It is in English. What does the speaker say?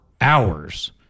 hours